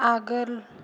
आगोल